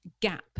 gap